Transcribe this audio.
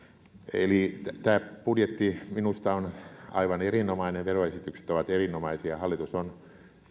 eli budjetti on minusta aivan erinomainen veroesitykset ovat erinomaisia hallitus on